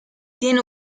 tiene